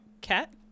cat